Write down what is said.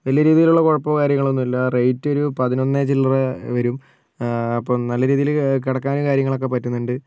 വലിയ രീതിയിലുള്ള കുഴപ്പമോ കാര്യങ്ങളോന്നുല്ല റേറ്റ് ഒരു പത്തിനൊന്ന് ചില്ലറ വരും അപ്പം നല്ല രീതിയിൽ കിടക്കാനും കാര്യങ്ങളൊക്കെ പറ്റുന്നുണ്ട്